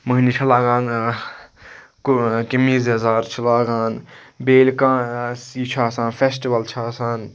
مٔہنی چھِ لاگان قمیٖض یَزار چھِ لاگان بیٚیہِ ییٚلہِ کانٛہہ یہِ چھُ آسان فیٚسٹِول چھِ آسان